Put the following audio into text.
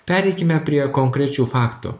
pereikime prie konkrečių faktų